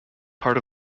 part